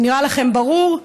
זה נראה לכם ברור?